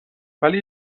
ولی